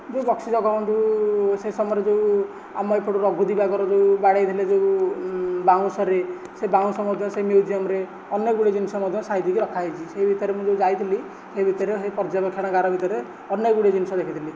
ଯେଉଁ ବକ୍ସି ଜଗବନ୍ଧୁ ସେ ସମୟରେ ଯେଉଁ ଆମ ଏପଟେ ରଘୁଦିବାକର ଯେଉଁ ବାଡ଼େଇଥିଲେ ଯେଉଁ ବାଉଁଶରେ ସେ ବାଉଁଶ ମଧ୍ୟ ସେ ମିଉଜିଅମ୍ରେ ଅନେକଗୁଡ଼ିଏ ଜିନିଷ ମଧ୍ୟ ସାଇତିକି ରଖାଯାଇଛି ସେ ଭିତରେ ମୁଁ ଯେଉଁ ଯାଇଥିଲି ସେ ଭିତରେ ସେ ପର୍ଯ୍ୟବେକ୍ଷଣାଗାର ଭିତରେ ଅନେକଗୁଡ଼ିଏ ଜିନିଷ ଦେଖିଥିଲି